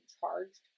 charged